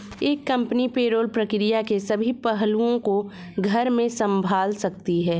एक company payroll प्रक्रिया के सभी पहलुओं को घर में संभाल सकती है